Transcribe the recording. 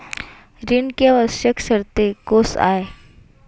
ऋण के आवश्यक शर्तें कोस आय?